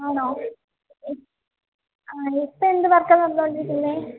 ആണോ ആണല്ലേ ഇപ്പം എന്ത് വര്ക്കാ നടന്നുകൊണ്ടിരിക്കുന്നത്